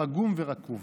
פגומה ורקובה.